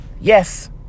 Yes